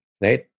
Right